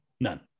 none